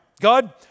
God